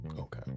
Okay